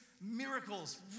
miracles